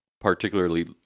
particularly